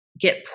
get